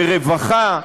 ברווחה,